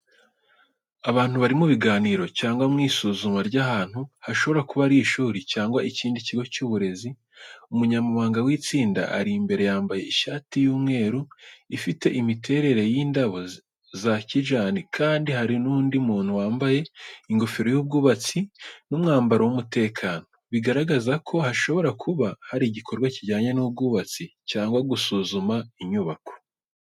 Abantu bari mu biganiro cyangwa mu isuzuma ry’ahantu hashobora kuba ari ishuri cyangwa ikindi kigo cy’uburezi. Umunyamabanga w’itsinda ari imbere, yambaye ishati y’umweru, ifite imiterere y’indabo za kijani kandi hari undi muntu wambaye ingofero y’abubatsi n’umwambaro w’umutekano, bigaragaza ko hashobora kuba hari igikorwa kijyanye n’ubwubatsi cyangwa gusuzuma inyubako.